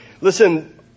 Listen